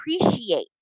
appreciate